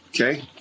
Okay